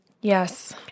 Yes